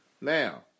Now